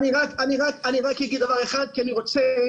אני רק אגיד דבר אחד, כי אני רוצה,